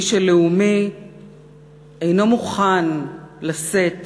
מי שלאומי אינו מוכן לשאת